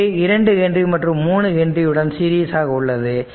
இங்கு 2 ஹென்றி ஆனது 3 ஹென்றி உடன் சீரியஸாக உள்ளது